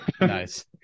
nice